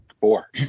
Four